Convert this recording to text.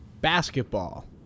Basketball